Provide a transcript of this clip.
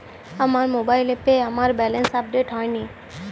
আমার মোবাইল অ্যাপে আমার ব্যালেন্স আপডেট হয়নি